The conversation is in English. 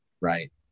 Right